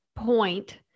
Point